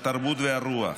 התרבות והרוח,